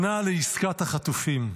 שנה לעסקת החטופים.